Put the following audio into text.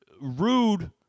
rude